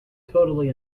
totally